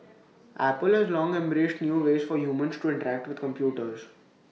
apple has long embraced new ways for humans to interact with computers